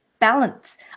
balance